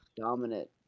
dominant